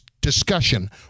discussion